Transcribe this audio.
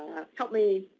help me